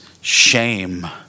shame